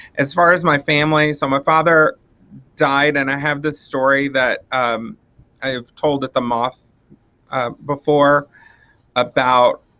as far as my family so my father died and i have this story that um i've told at the moth ah before about